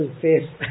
face